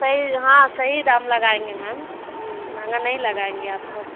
सही हाँ सही दाम लगाएँगे मैम हम महँगा नहीं लगाएँगे आपको